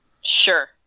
sure